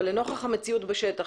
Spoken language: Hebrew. אבל לנוכח המציאות בשטח,